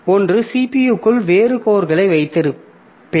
ஒற்றை CPU க்குள் வேறு கோர்களை வைத்திருப்பேன்